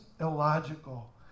illogical